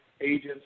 agents